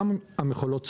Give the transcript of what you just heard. וגם המכולות סובלות.